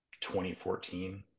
2014